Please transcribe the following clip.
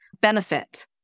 benefit